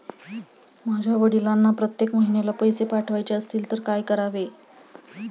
माझ्या वडिलांना प्रत्येक महिन्याला पैसे पाठवायचे असतील तर काय करावे?